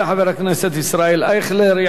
תודה לחבר הכנסת ישראל אייכלר.